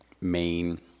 main